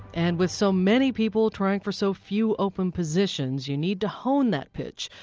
and with so many people trying for so few open positions, you need to hone that pitch.